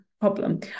problem